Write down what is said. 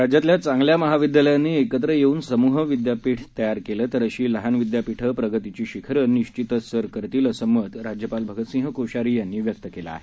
राज्यातल्या चांगल्या महाविद्यालयांनी एकत्र येऊन समूह विद्यापीठ तयार केलं तर अशी लहान विद्यापीठं प्रगतीची शिखरं निश्चितच सर करतील असं मत राज्यपाल भगतसिंह कोश्यारी यांनी व्यक्त केलं आहे